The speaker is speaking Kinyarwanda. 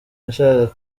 nashakaga